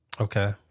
Okay